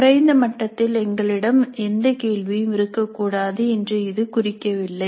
குறைந்த மட்டத்தில் எங்களிடம் எந்த கேள்வியும் இருக்கக்கூடாது என்று இது குறிக்கவில்லை